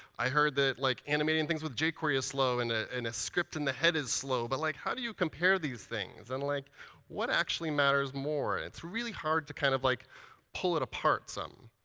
i heard that like animating things with jquery is slow. ah and a script in the head is slow. but like how do you compare these things? and like what actually matters more? and it's really hard to kind of like pull it apart some.